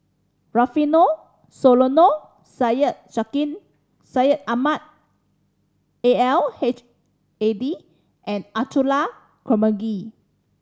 Rufino Soliano Syed Sheikh Syed Ahmad A L H Hadi and Abdullah Karmugi